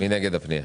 הצבעה פנייה 167,